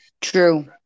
True